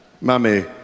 Mummy